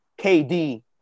KD